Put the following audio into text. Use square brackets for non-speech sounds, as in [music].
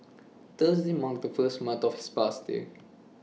Thursday marked the first month of [unintelligible] passing